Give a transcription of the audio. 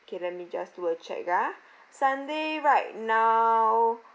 okay let me just do a check ah sundae right now